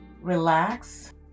relax